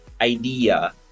idea